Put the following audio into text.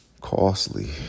costly